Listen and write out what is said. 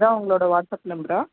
இதான் உங்களோடய வாட்ஸ்அப் நம்பரா